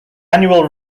annual